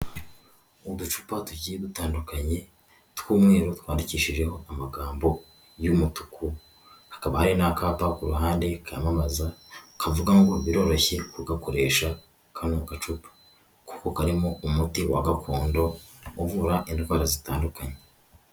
Uducupa tugiye dutandukanye tw'umweru twandikishijeho amagambo y'umutuku, hakaba hari n'akapa ku ruhande kamamaza, kavuga ngo biroroshye kugakoresha, kano gacupa kuko karimo umuti wa gakondo, uvura indwara zitandukanye.